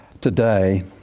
today